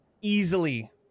easily